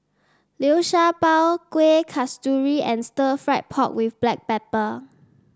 Liu Sha Bao Kuih Kasturi and Stir Fried Pork with Black Pepper